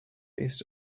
based